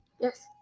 Yes